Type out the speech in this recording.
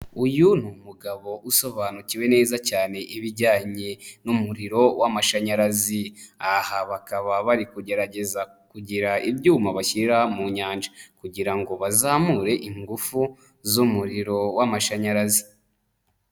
Uyu ni umugabo usobanukiwe neza cyane ibijyanye n'umuriro w'amashanyarazi, aha bakaba bari kugerageza kugira ibyuma bashyira mu nyanja, kugira ngo bazamure ingufu z'umuriro w'amashanyarazi.